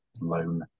loan